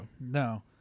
No